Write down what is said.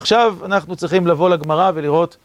עכשיו אנחנו צריכים לבוא לגמרא ולראות...